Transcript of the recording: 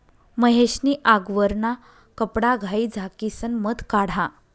महेश नी आगवरना कपडाघाई झाकिसन मध काढा